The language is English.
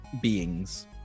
beings